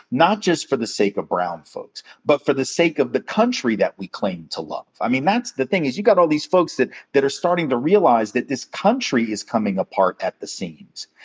not just for the sake of brown folks, but for the sake of the country that we claim to love. i mean, that's the thing is, you got all these folks that that are starting to realize that this country is coming apart at the seams.